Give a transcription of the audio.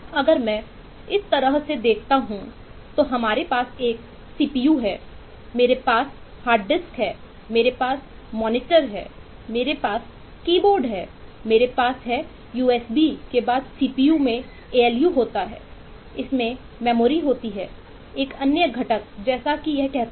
अगर मैं इसे इस तरह से देखता हूं तो हमारे पास एक सीपीयू है